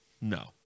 no